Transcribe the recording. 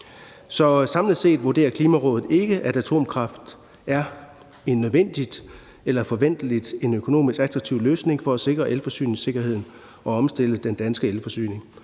Så samlet set vurderer Klimarådet ikke, at atomkraft er en nødvendig eller en forventelig økonomisk attraktiv løsning for at sikre elforsyningssikkerheden og omstille den danske elforsyning.